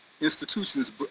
institutions